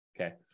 Okay